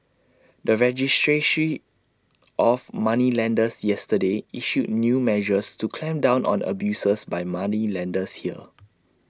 the registry she of moneylenders yesterday issued new measures to clamp down on abuses by moneylenders here